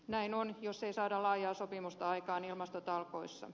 näin on jos ei saada laajaa sopimusta aikaan ilmastotalkoissa